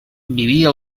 vivia